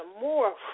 more